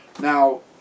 Now